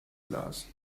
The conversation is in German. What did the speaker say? glas